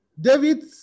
David